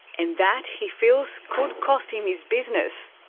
and that, he feels, could cost him his business.